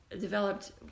developed